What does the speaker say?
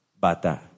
bata